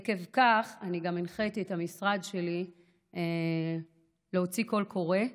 עקב כך גם הנחיתי את המשרד שלי להוציא קול קורא,